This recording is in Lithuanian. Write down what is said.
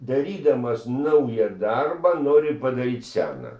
darydamas naują darbą nori padaryt seną